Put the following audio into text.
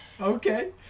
Okay